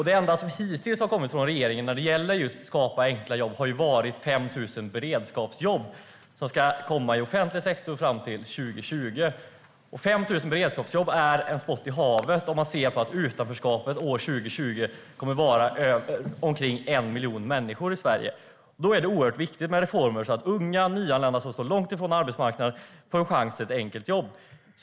Det enda som hittills har kommit från regeringen när det gäller just att skapa enkla jobb är 5 000 beredskapsjobb som ska komma i offentlig sektor fram till 2020. 5 000 beredskapsjobb är en droppe i havet med tanke på att omkring 1 miljon människor i Sverige kommer att befinna sig i utanförskap 2020. Då är det oerhört viktigt med reformer så att unga nyanlända som står långt från arbetsmarknaden får en chans till ett enkelt jobb.